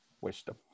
Wisdom